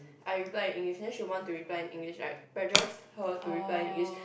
I reply in English then she want to reply in English right her to reply English